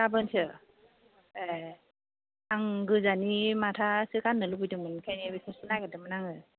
गाबोनसो ए आं गोजानि माथा सो गाननो लुबैदोंमोन बेखायनो बेखौसो नागिरदोंमोन आंयो